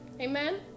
amen